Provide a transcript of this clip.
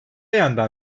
yandan